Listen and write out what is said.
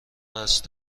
قصد